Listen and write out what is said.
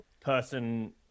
person